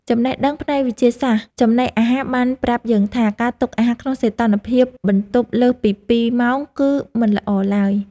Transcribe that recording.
ចំណេះដឹងផ្នែកវិទ្យាសាស្ត្រចំណីអាហារបានប្រាប់យើងថា ការទុកអាហារក្នុងសីតុណ្ហភាពបន្ទប់លើសពីពីរម៉ោងគឺមិនល្អឡើយ។